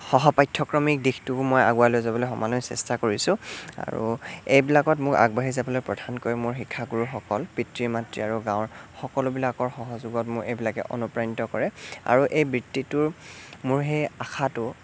সহপাঠ্যক্ৰমিক দিশটোকো মই আগুৱাই লৈ যাবলৈ সমানেই চেষ্টা কৰিছোঁ আৰু এইবিলাকত মোক আগবাঢ়ি যাবলৈ প্ৰধানকৈ মোৰ শিক্ষাগুৰুসকল পিতৃ মাতৃ আৰু গাঁৱৰ সকলোবিলাকৰ সহযোগত মোক এইবিলাকে অনুপ্ৰাণিত কৰে আৰু এই বৃত্তিটোৰ মোৰ সেই আশাটো